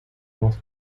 north